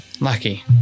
lucky